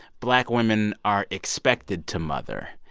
black women are expected to mother.